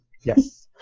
Yes